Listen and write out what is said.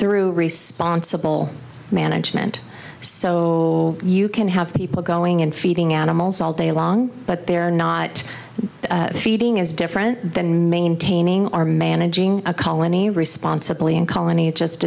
through responsible management so you can have people going in feeding animals all day long but they're not feeding as do then maintaining or managing a colony responsibly in colony just